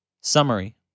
Summary